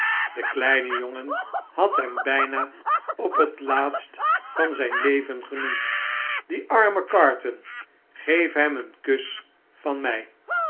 de kleine jongen had hem byna op het laatstvan zjjn leven genoemd die arme carton geef hem een kus van mij